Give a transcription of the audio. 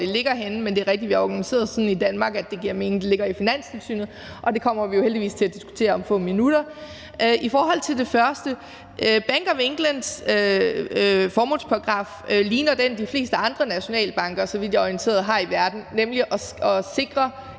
det ligger, men det er rigtigt, at vi er organiseret sådan i Danmark, at det giver mening, at det ligger i Finanstilsynet, og det kommer vi jo heldigvis til at diskutere om få minutter. Hvad angår det første, så ligner Bank of Englands formålsparagraf, så vidt jeg er orienteret, den, de fleste andre nationalbanker i verden har, nemlig at man